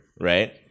Right